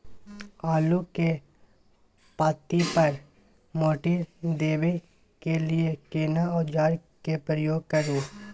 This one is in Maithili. आलू के पाँति पर माटी देबै के लिए केना औजार के प्रयोग करू?